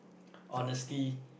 honesty